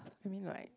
I mean like